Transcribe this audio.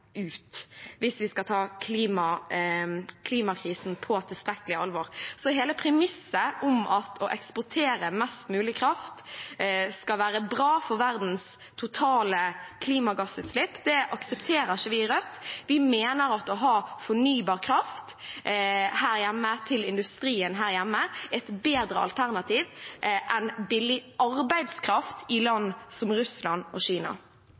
ut, hvis vi skal ta klimakrisen på tilstrekkelig alvor. Så hele premisset om at å eksportere mest mulig kraft skal være bra for verdens totale klimagassutslipp, aksepterer ikke vi i Rødt. Vi mener at å ha fornybar kraft her hjemme til industrien her hjemme er et bedre alternativ enn billig arbeidskraft i land som Russland og Kina.